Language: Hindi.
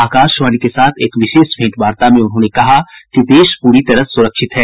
आकाशवाणी के साथ एक विशेष भेंटवार्ता में उन्होंने कहा कि देश पूरी तरह सुरक्षित है